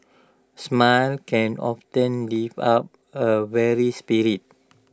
smile can often lift up A weary